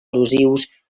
erosius